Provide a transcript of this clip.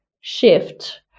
shift